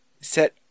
set